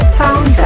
found